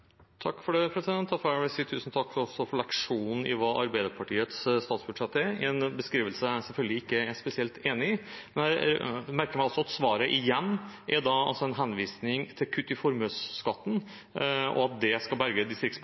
takk for leksjonen i hva Arbeiderpartiets statsbudsjett er. Det er en beskrivelse jeg selvfølgelig ikke er spesielt enig i. Jeg merker meg at svaret igjen er en henvisning til kutt i formuesskatten, og at det skal berge